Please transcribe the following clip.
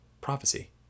prophecy